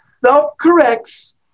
self-corrects